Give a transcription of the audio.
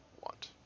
want